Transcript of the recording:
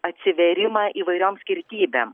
atsivėrimą įvairiom skirtybėm